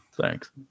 Thanks